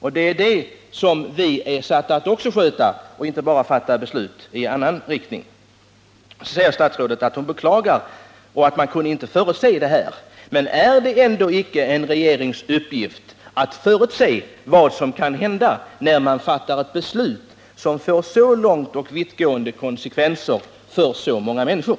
Vi är satta att sköta även den saken och inte att bara fatta beslut vad gäller skattesystem. Statsrådet sade att hon beklagar och att man inte kunde förutse utvecklingen. Men är det inte en regerings uppgift att förutse vad som kan hända, när den fattar ett beslut som får så vittgående konsekvenser för så många människor?